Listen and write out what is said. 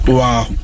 wow